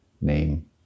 name